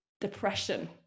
depression